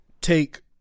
take